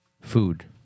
Food